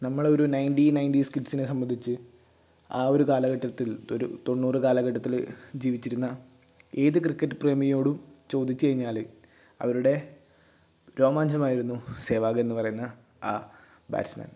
നമ്മളൊരു ninety nineties കിഡ്സിനെ സംബന്ധിച്ച് ആ ഒരു കാലഘട്ടത്തിൽ ഒരു തൊണ്ണൂറ് കാലഘട്ടത്തിൽ ജീവിച്ചിരുന്ന ഏത് ക്രിക്കറ്റ് പ്രേമിയോടും ചോദിച്ച് കഴിഞ്ഞാൽ അവരുടെ രോമാഞ്ചമായിരുന്നു സെവാഗ് എന്ന് പറയുന്ന ആ ബാറ്റ്സ്മാൻ